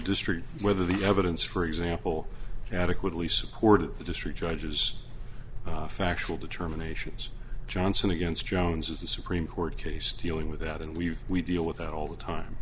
district whether the evidence for example adequately supported the district judges factual determination johnson against jones as the supreme court case dealing with out and we've we deal with all the time